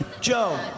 Joe